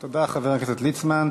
תודה, חבר הכנסת ליצמן.